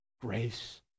grace